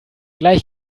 gleich